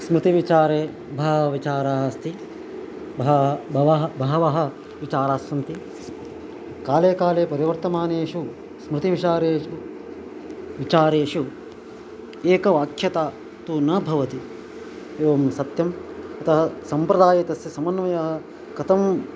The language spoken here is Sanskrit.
स्मृतिविचारे बहवः विचाराः अस्ति बहवः बहवः बहवः विचारास्सन्ति काले काले परिवर्तमानेषु स्मृतिविशारेषु विचारेषु एकवाक्यता तु न भवति एवं सत्यम् अतः सम्प्रदायः तस्य समन्वयः कथं